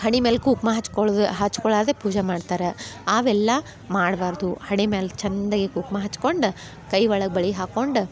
ಹಣೆ ಮೇಲೆ ಕುಂಕುಮ ಹಚ್ಕೊಳ್ಳುದು ಹಚ್ಕೊಳ್ಳದೆ ಪೂಜೆ ಮಾಡ್ತಾರೆ ಅವೆಲ್ಲ ಮಾಡಬಾರ್ದು ಹಣೆ ಮ್ಯಾಲೆ ಚಂದಗೆ ಕುಂಕುಮ ಹಚ್ಕೊಂಡು ಕೈ ಒಳಗೆ ಬಳೆ ಹಾಕೊಂಡು